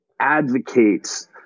advocates